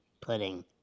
pudding